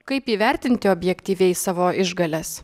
kaip įvertinti objektyviai savo išgales